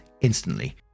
instantly